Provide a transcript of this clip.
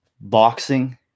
boxing